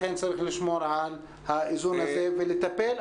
לכן צריך לשמור על האיזון הזה ולטפל.